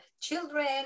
children